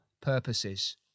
purposes